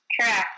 Correct